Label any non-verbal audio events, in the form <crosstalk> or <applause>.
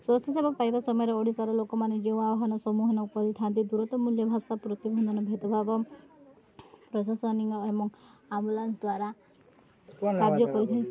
ସ୍ୱାସ୍ଥ୍ୟ ସେବା ପାଇବା ସମୟରେ ଓଡ଼ିଶାର ଲୋକମାନେ ଯେଉଁ ଆହ୍ୱାନ ସମ୍ମୁଖୀନ କରିଥାନ୍ତି <unintelligible> ମୂଲ୍ୟ ଭାଷା ପ୍ରତିଭନ୍ଧନ ଭେଦଭାବ ପ୍ରଶାସନ ଏବଂ ଆମ୍ବୁଲାନ୍ସ ଦ୍ୱାରା କାର୍ଯ୍ୟ କରିଥାନ୍ତି